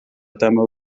temo